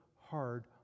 hard